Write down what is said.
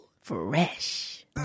fresh